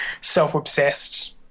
self-obsessed